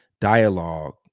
dialogue